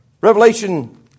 Revelation